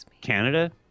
Canada